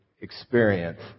experience